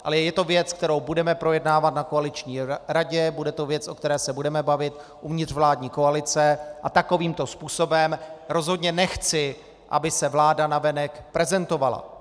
Ale je to věc, kterou budeme projednávat na koaliční radě, bude to věc, o které se budeme bavit uvnitř vládní koalice, a takovýmto způsobem rozhodně nechci, aby se vláda navenek prezentovala.